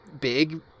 big